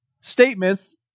statements